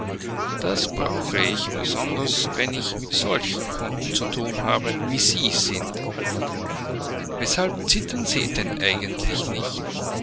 das brauche ich besonders wenn ich mit solchen kunden zu thun habe wie sie sind weshalb zittern sie denn eigentlich nicht